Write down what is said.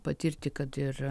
patirti kad ir